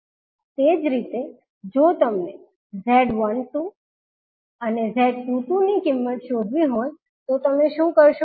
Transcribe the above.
તે જ રીતે જો તમને Z12 અને Z22ની કિંમત શોધવી હોય તો તમે શું કરશો